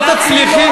לא תצליחו,